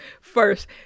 first